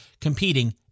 competing